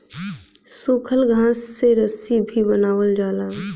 सूखल घास से रस्सी भी बनावल जाला